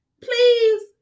Please